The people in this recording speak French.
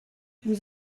nous